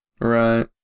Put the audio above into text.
right